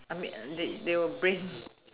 I mean they they were brain